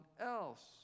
else